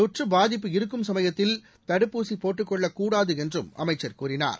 தொற்று பாதிப்பு இருக்கும் சமயத்தில் தடுப்பூசி போட்டுக் கொள்ளக்கூடாது என்றும் அமைச்சர் கூறினார்